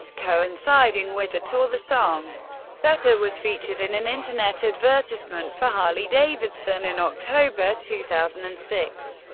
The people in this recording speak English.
coinciding with the tour, the song better was featured in an internet advertisement for harley-davidson in october two thousand and six.